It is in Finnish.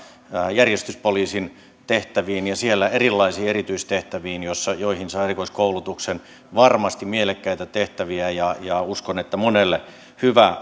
järjestyspoliisin tehtäviin ja siellä erilaisiin erityistehtäviin joihin saa erikoiskoulutuksen siinä on varmasti mielekkäitä tehtäviä ja ja uskon että monelle hyvä